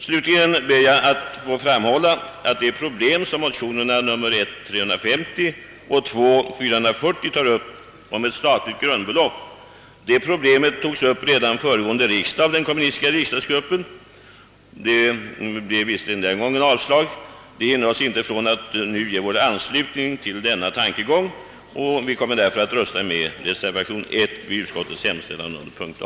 Slutligen vill jag framhålla att det problem som motionerna 1:350 och 11: 440 tar upp om ett statligt grundbelopp togs upp redan föregående riksdag av den kommunistiska riksdagsgruppen. Det blev visserligen den gången avslag på motionerna, men det hindrar oss inte från att nu ge vår anslutning till denna tankegång, och jag kommer därför att rösta med reservation I vid utskottets hemställan under punkt A.